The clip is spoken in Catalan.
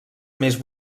més